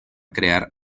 crear